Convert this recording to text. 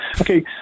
okay